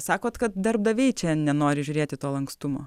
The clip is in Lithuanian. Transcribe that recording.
sakot kad darbdaviai čia nenori žiūrėti to lankstumo